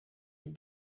est